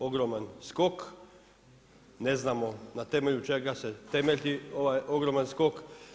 Ogroman skok, na znam na temelju čega se temelji ovaj ogroman skok.